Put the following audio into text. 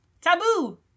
Taboo